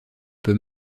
peut